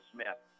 Smith